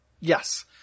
Yes